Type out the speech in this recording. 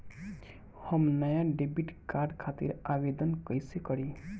हम नया debit card खातिर आवेदन कईसे करी?